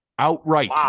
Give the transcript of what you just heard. Outright